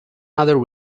other